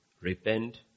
Repent